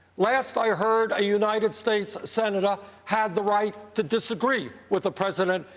last i heard, a united states senator had the right to disagree with the president,